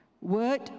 Word